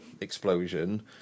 explosion